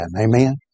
Amen